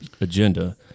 agenda